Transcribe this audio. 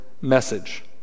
message